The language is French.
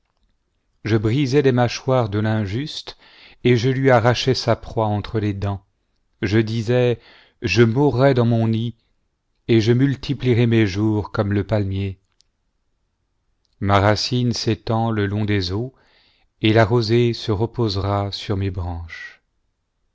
je brisais les mâchoires de l'injuste et je lui arrachais sa proie d'entre les dents je disais je mourrai dans mon nid et je multiplierai mes jours comme le palmier ma racine s'étend le long des eaux et la rosée se reposera sur mes branches